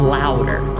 louder